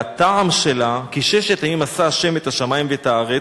והטעם שלה: "כי ששת ימים עשה ה' את השמים ואת הארץ,